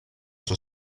sua